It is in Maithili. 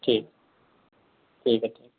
ठीक ठीक हय तऽ